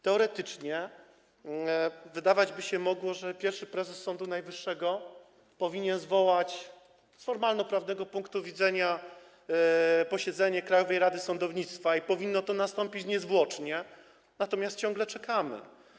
Teoretycznie wydawać by się mogło, że pierwsza prezes Sądu Najwyższego powinna - z formalnoprawnego punktu widzenia - zwołać posiedzenie Krajowej Rady Sądownictwa i powinno to nastąpić niezwłocznie, natomiast my ciągle czekamy.